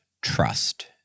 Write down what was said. trust